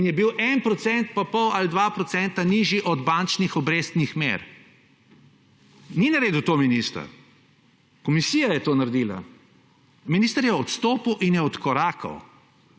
in je bil 1 % pa pol ali 2 % nižji od bančnih obrestnih mer. Ni naredil to minister, komisija je to naredila. Minister je odstopil in je odkorakal,